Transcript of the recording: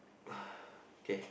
okay